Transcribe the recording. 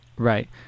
Right